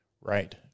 Right